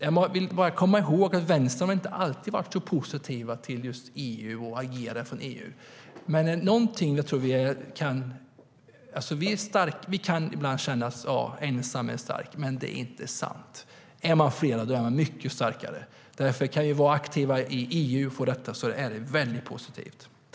Jag kommer ihåg att Vänstern inte alltid har varit så positiv till just EU och att agera från EU. Vi kan ibland känna att ensam är stark, men det är inte sant. Är man flera är man mycket starkare. Kan vi vara aktiva i EU för detta är det väldigt positivt.